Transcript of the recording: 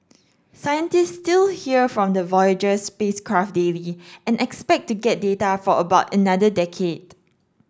scientists still hear from the Voyager spacecraft daily and expect to get data for about another decade